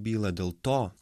bylą dėl to